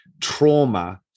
trauma